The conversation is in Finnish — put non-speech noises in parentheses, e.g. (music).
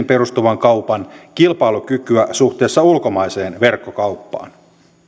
(unintelligible) perustuvan kaupan kilpailukykyä suhteessa ulkomaiseen verkkokauppaan